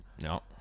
No